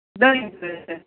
દહીં જોઈએ છે